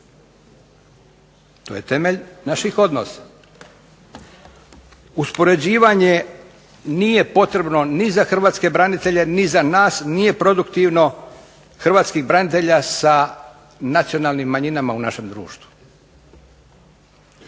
To je temelj naših odnosa. Uspoređivanje nije potrebno ni za hrvatske branitelje ni za nas, nije produktivno hrvatskih branitelja sa nacionalnim manjinama u našem društvu.